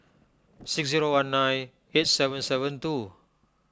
six zero one nine eight seven seven two